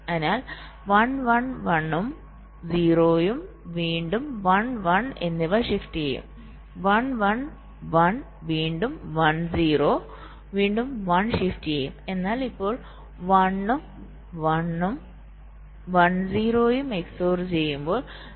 അതിനാൽ 1 1 1 ഉം 0 ഉം വീണ്ടും 1 1 എന്നിവ ഷിഫ്റ്റ് ചെയ്യും 1 1 1 വീണ്ടും 1 0 വീണ്ടും 1 ഷിഫ്റ്റ് ചെയ്യും എന്നാൽ ഇപ്പോൾ 1 ഉം 1 0 ഉം XOR ചെയ്യുമ്പോൾ 0 ആണ്